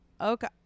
okay